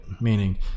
Meaning